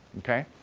okay?